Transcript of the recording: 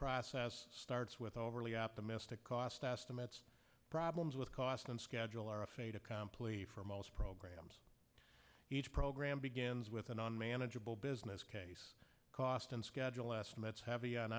process starts with overly optimistic cost estimates problems with cost and schedule are a fait accompli for most programs each program begins with an unmanageable business case cost and schedule estimates have an